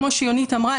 כמו שיונית אמרה,